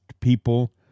people